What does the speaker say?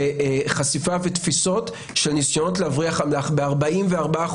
בחשיפה ותפיסות של ניסיונות להבריח אמל"ח ב-44%.